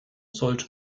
sollte